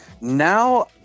Now